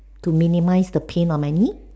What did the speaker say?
to minimise the pain on my knee